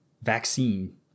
Vaccine